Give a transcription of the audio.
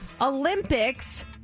Olympics